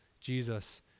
Jesus